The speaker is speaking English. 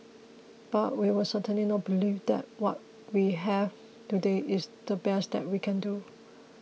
but we will certainly not believe that what we have today is the best that we can do